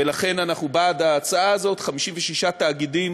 ולכן, אנחנו בעד ההצעה הזאת, 56 תאגידים